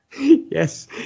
Yes